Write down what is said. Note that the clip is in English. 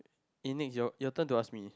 and next your your turn to ask me